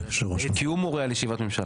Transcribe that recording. כי הוא מורה על ישיבת ממשלה.